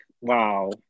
wow